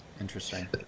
interesting